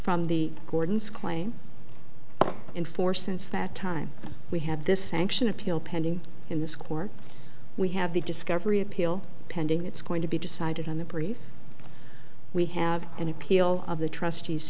from the gordons claim in four since that time we have this sanction appeal pending in this court we have the discovery appeal pending it's going to be decided on the brief we have an appeal of the trust